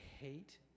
hate